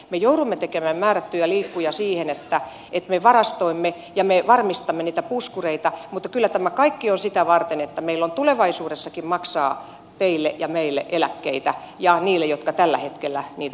me joudumme tekemään määrättyjä liikkuja siihen että me varastoimme ja me varmistamme niitä puskureita mutta kyllä tämä kaikki on sitä varten että meillä on tulevaisuudessakin maksaa teille ja meille eläkkeitä ja niille jotka tällä hetkellä niitä tarvitsevat